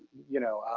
you know?